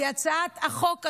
כי הצעת החוק הזו,